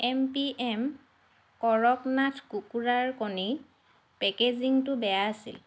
M P M Kadaknath কুকুৰাৰ কণীৰ পেকেজিংটো বেয়া আছিল